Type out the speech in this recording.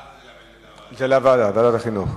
ההצעה להעביר את הנושא לוועדת החינוך,